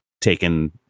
taken